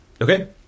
Okay